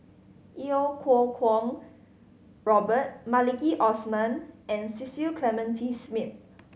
Iau Kuo Kwong Robert Maliki Osman and Cecil Clementi Smith